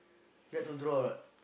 like to draw what